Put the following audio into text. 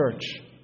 church